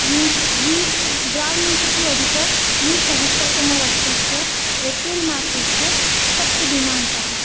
विंशतिः द्वे द्वाविंशतिः अधिकद्विसहस्रतमवर्षस्य एप्रिल् मासस्य सप्तमदिनाङ्कः